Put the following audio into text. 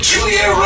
Julia